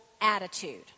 attitude